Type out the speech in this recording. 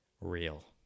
real